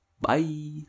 Bye